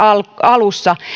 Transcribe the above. alussa